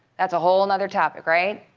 that's a whole and other topic, right?